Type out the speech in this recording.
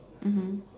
mmhmm